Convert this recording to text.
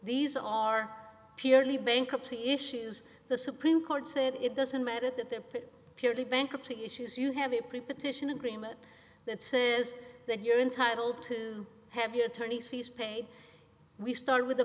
these are purely bankruptcy issues the supreme court said it doesn't matter that they're purely bankruptcy issues you have a preposition agreement that says that you're entitled to have your attorney's fees paid we start with